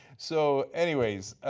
so, anyways,